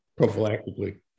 prophylactically